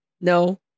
no